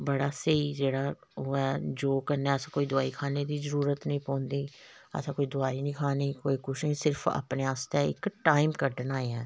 बड़ा स्हेई जेह्ड़ा ओह् ऐ योग कन्नै अस कोई दबाई खाने दी जरूरत नेईं पौंदी असें कोई दबाई नेईं खानी नेईं कोई कुछ नेईं सिर्फ अपने आस्तै इक टाइम कड्डना ऐ